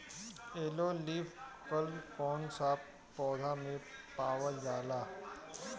Yellow leaf curl कौन सा पौधा में पावल जाला?